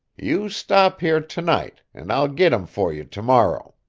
you stop here to-night, and i'll git em for you to-morrow.